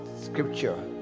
scripture